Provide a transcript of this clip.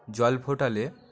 জল ফোটালে